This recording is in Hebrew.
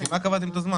לפי מה קבעתם את הזמן?